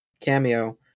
cameo